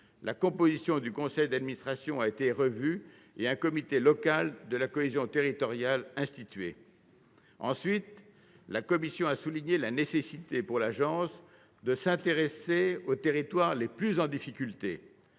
La composition du conseil d'administration a été revue et un comité local de la cohésion territoriale institué. Deuxièmement, la commission a souligné la nécessité, pour l'agence, de s'intéresser aux territoires les plus en difficulté.